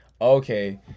Okay